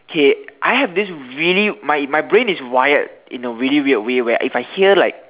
okay I have this really my my brain is wired in a really weird way where if I hear like